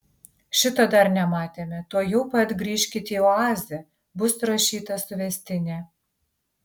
šito dar nematėme tuojau pat grįžkit į oazę bus surašyta suvestinė